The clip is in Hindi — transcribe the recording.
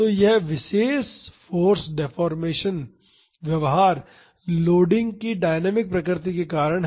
तो यह विशेष फाॅर्स डेफोर्मेशन व्यव्हार लोडिंग की डायनामिक प्रकृति के कारण है